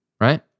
right